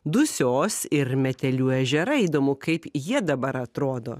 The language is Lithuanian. dusios ir metelių ežerai įdomu kaip jie dabar atrodo